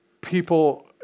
people